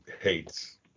hates